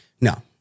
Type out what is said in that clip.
No